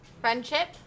friendship